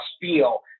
feel